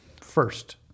first